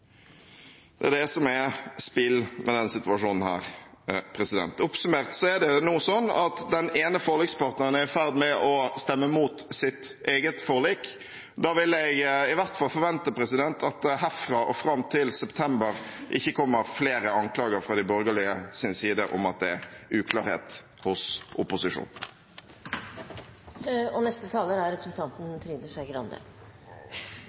Det er det som er spill i denne situasjonen. Oppsummert er det nå sånn at den ene forlikspartneren er i ferd med å stemme mot sitt eget forlik. Da vil i hvert fall jeg forvente at det herfra og fram til september ikke kommer flere anklager fra de borgerliges side om at det er uklarhet hos